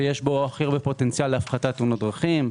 שיש בו הכי הרבה פוטנציאל להפחתת תאונות דרכים,